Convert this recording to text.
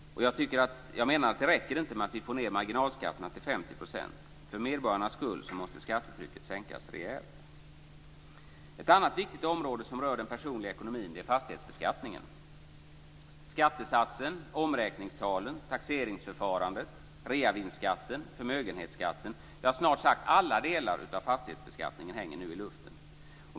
Jag menar att det inte räcker med att vi får ned marginalskatterna till 50 %. För medborgarnas skull måste skattetrycket sänkas rejält. Ett annat viktigt område som rör den personliga ekonomin är fastighetsbeskattningen. Skattesatsen, omräkningstalen, taxeringsförfarandet, reavinstskatten, förmögenhetsskatten - ja, snart sagt alla delar av fastighetsbeskattningen hänger nu i luften.